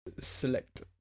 select